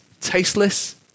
tasteless